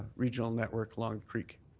regional network along the creek.